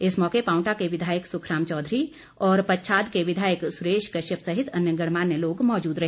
इस मौके पावंटा के विधायक सुखराम चौधरी और पच्छाद के विधायक सुरेश कश्यप सहित अन्य गणमान्य लोग मौजूद रहे